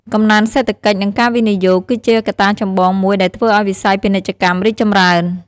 កំណើនសេដ្ឋកិច្ច និងការវិនិយោគ គឺជាកត្តាចម្បងមួយដែលធ្វើឱ្យវិស័យពាណិជ្ជកម្មរីកចម្រើន។